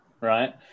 right